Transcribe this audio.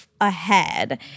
ahead